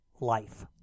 life